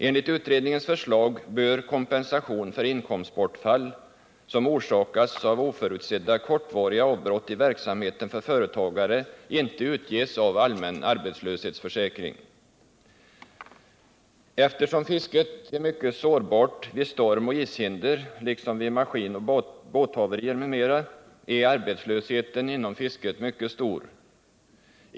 Enligt utredningens förslag bör kompensation för inkomstbortfall, som orsakas av oförutsedda kortvariga avbrott i verksamheten för företagare, inte utges av en allmän arbetslöshetsförsäkring. Eftersom fisket är mycket sårbart vid stormoch ishinder liksom vid maskinoch båthaverier m.m. är arbetslösheten inom fisket mycket stor.